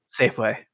Safeway